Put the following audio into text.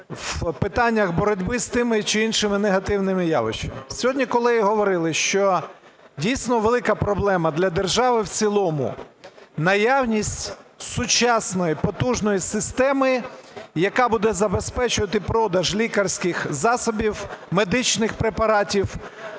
в питаннях боротьби з тими чи іншими негативними явищами. Сьогодні, коли говорили, що дійсно велика проблема для держави в цілому – наявність сучасної потужної системи, яка буде забезпечувати продаж лікарських засобів, медичних препаратів